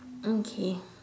mm okay